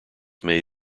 may